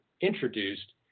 introduced